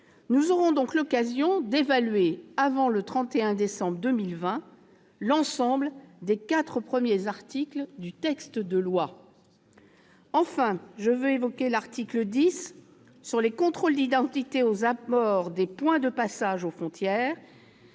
Nous aurons donc l'occasion d'évaluer, avant le 31 décembre 2020, l'ensemble des quatre premiers articles du présent texte. Enfin, j'évoquerai l'article 10, qui porte sur les contrôles d'identité aux abords des points de passage aux frontières